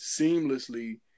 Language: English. seamlessly